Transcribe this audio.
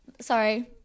sorry